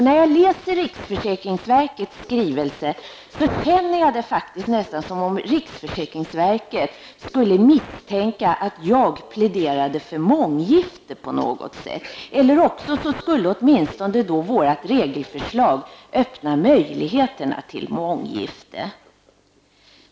När jag läser riksförsäkringsverkets skrivelse känner jag det faktiskt nästan som om riksförsäkringsverket skulle misstänka att jag pläderade för månggifte på något sätt, eller också skulle åtminstone vårt regelförslag öppna möjligheterna till månggifte.